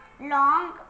long